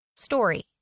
Story